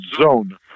zone